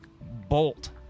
bolt